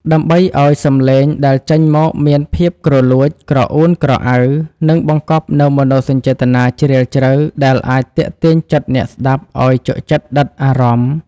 ដើម្បីឱ្យសម្លេងដែលចេញមកមានភាពគ្រលួច ក្រអួនក្រអៅ និងបង្កប់នូវមនោសញ្ចេតនាជ្រាលជ្រៅ ដែលអាចទាក់ទាញចិត្តអ្នកស្តាប់ឱ្យជក់ចិត្តដិតអារម្មណ៍។